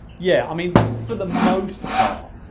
yeah, i mean, for the most part,